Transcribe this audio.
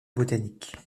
botanique